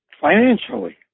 financially